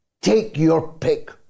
take-your-pick